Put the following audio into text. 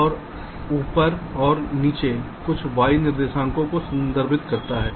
और ऊपर और नीचे कुछ y निर्देशांक को संदर्भित करता है